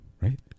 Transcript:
Right